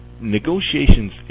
negotiations